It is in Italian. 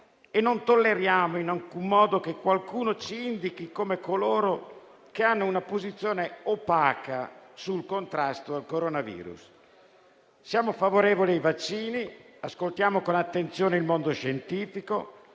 e non tolleriamo in alcun modo che qualcuno ci indichi come coloro che hanno una posizione opaca sul contrasto al coronavirus. Siamo favorevoli ai vaccini, ascoltiamo con attenzione il mondo scientifico,